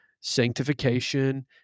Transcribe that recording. sanctification